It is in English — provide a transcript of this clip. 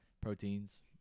proteins